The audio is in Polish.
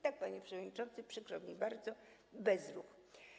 Tak, panie przewodniczący, przykro mi bardzo - bezruch.